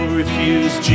refuse